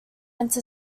enter